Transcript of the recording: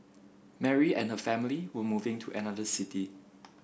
Mary and her family were moving to another city